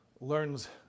Learns